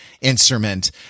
instrument